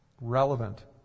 Relevant